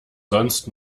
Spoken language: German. sonst